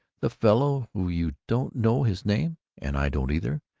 the fellow who you don't know his name and i don't either,